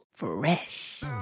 fresh